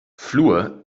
fluor